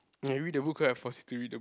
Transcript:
you read the book ah I force you to